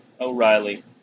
O'Reilly